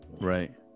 right